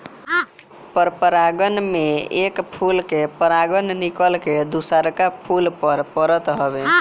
परपरागण में एक फूल के परागण निकल के दुसरका फूल पर परत हवे